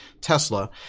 Tesla –